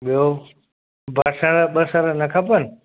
ॿियो बसर बसर न खपनि